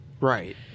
Right